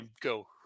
go